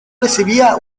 recibía